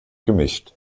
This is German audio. gemischt